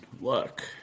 look